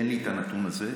אין לי את הנתון הזה,